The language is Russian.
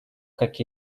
как